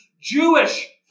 Jewish